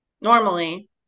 Normally